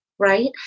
right